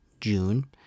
June